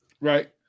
right